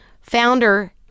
Founder